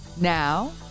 Now